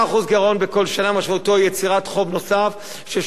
משמעותו יצירת חוב נוסף של 30 מיליארד שקל.